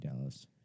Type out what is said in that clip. Dallas